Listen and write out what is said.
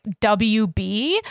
WB